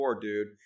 dude